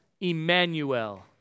Emmanuel